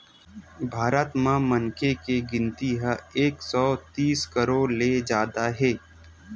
भारत म मनखे के गिनती ह एक सौ तीस करोड़ ले जादा हे